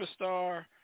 superstar